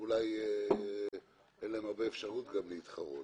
ואולי היום גם אין להן הרבה אפשרות להתחרות.